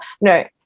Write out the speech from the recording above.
no